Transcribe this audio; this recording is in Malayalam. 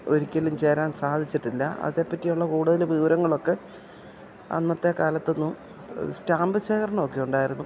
ഒരിക്കലും ചേരാൻ സാധിച്ചിട്ടില്ല അതേപ്പറ്റിയുള്ള കൂടുതൽ വിവരങ്ങളൊക്കെ അന്നത്തെ കാലത്തൊന്നും സ്റ്റാമ്പ് ശേഖരണമൊക്കെ ഉണ്ടായിരുന്നു